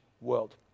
world